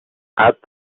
add